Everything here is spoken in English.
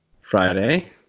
Friday